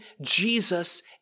Jesus